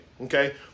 okay